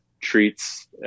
treats